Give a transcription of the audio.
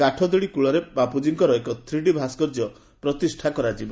କାଠଯୋଡ଼ି କୂଳରେ ବାପୁଜୀଙ୍କର ଏକ ଥ୍ରି ଡି ଭାସ୍କର୍ଯ୍ୟ ପ୍ରତିଷା କରାଯିବ